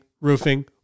roofing